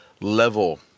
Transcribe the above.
level